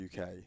UK